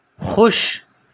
خوش